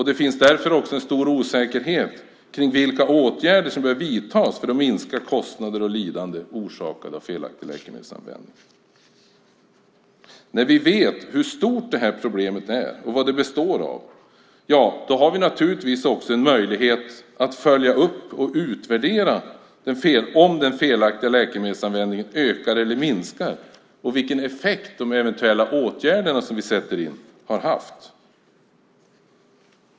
Det finns därför en stor osäkerhet om vilka åtgärder som bör vidtas för att minska kostnader och lidande orsakade av felaktig läkemedelsanvändning. När vi vet hur stort det här problemet är och vad det består av har vi naturligtvis också en möjlighet att följa upp och utvärdera om den felaktiga läkemedelsanvändningen ökar eller minskar och vilken effekt de eventuella åtgärderna som vi sätter in har haft.